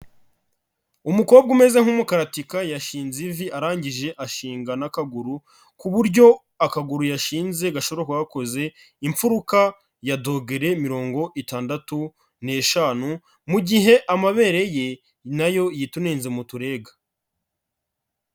Umukobwa umeze nk'umukaratika yashinze ivi arangije ashinga n'akaguru, ku buryo akaguru yashinze gashoboka gakoze imfuruka ya dogere mirongo itandatu n'eshanu, mu gihe amabere ye na yo yitunenze mu turega.